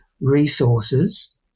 resources